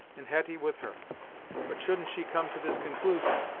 and hetty with her but shouldn't she come to this conclusion,